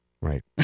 Right